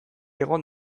egon